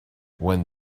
when